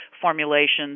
formulations